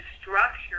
structure